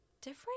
different